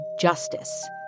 justice